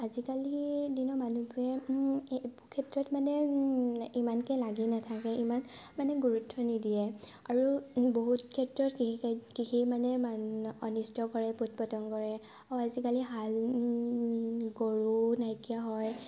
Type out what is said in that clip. আজিকালি দিনৰ মানুহবোৰে এইবোৰ ক্ষেত্ৰত মানে ইমানকৈ লাগি নাথাকে ইমান মানে গুৰুত্ব নিদিয়ে আৰু বহুত ক্ষেত্ৰত কৃষি কৃষি মানে মা অনিষ্ট কৰে পোক পতংগই আৰু আজিকালি হাল গৰু নাইকিয়া হয়